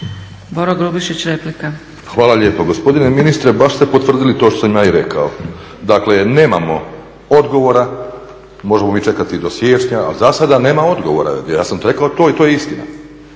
Hvala lijepo. Gospodine ministre baš ste potvrdili to što sam ja i rekao. Dakle, nemamo odgovora, možemo mi čekati i do siječnja ali zasada nema odgovora. Ja sam rekao to i to je istina.